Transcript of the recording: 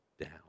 down